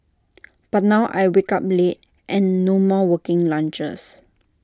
but now I wake up late and no more working lunches